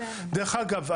דרך אגב,